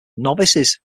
novices